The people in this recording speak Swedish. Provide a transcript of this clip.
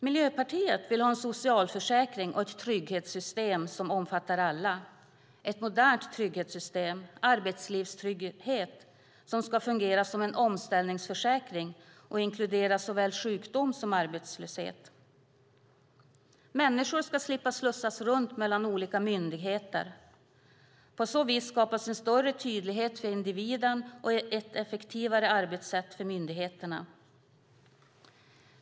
Miljöpartiet vill ha en socialförsäkring och ett trygghetssystem som omfattar alla. Det ska vara ett modernt trygghetssystem - arbetslivstrygghet - som ska fungera som en omställningsförsäkring och inkludera såväl sjukdom som arbetslöshet. Människor ska slippa slussas runt mellan olika myndigheter. På så vis skapas en större tydlighet för individen och ett effektivare arbetssätt för myndigheterna.